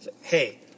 Hey